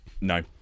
no